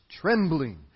trembling